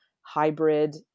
hybrid